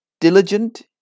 diligent